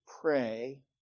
pray